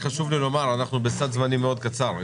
רק חשוב לי לומר, אנחנו בסד זמנים מאוד קצר.